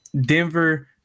Denver